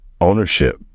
ownership